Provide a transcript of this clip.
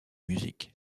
music